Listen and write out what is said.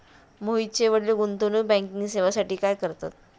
मोहितचे वडील गुंतवणूक बँकिंग सेवांसाठी काम करतात